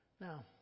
Now